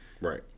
Right